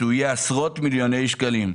יהיה עשרות מיליוני שקלים.